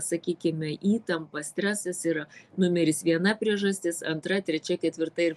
sakykime įtampa stresas yra numeris viena priežastis antra trečia ketvirta ir